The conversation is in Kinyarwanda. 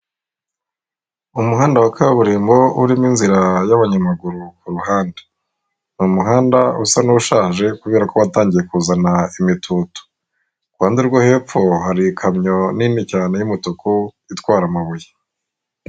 Umuhanda wa kaburimbo urimo inzira y'abanyamaguru ku ruhande ni umuhanda usa n'ushaje kubera ko watangiye kuzana imitutu, mu ruhande rwo hepfo hari ikamyo nini cyane y'umutuku itwara amabuye.